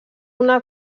una